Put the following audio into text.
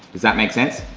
does that make sense?